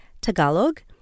Tagalog